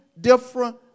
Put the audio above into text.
different